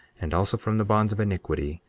and also from the bonds of iniquity,